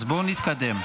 אז בואו נתקדם.